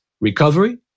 recovery